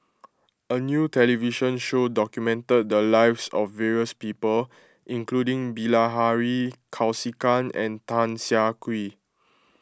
a new television show documented the lives of various people including Bilahari Kausikan and Tan Siah Kwee